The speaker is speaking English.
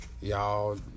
y'all